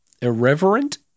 Irreverent